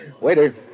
Waiter